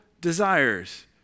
desires